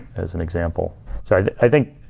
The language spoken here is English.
as an example so i think,